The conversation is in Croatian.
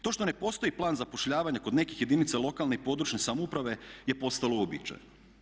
To što ne postoji plan zapošljavanja kod nekih jedinica lokalne i područne samouprave je postalo uobičajeno.